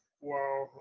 Wow